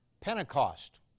Pentecost